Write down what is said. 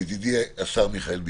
השר מיכאל ביטון.